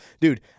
dude